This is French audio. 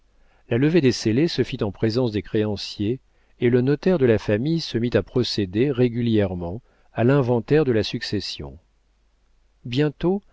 la levée des scellés se fit en présence des créanciers et le notaire de la famille se mit à procéder régulièrement à l'inventaire de la succession bientôt